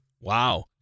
Wow